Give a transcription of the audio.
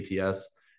ATS